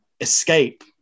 escape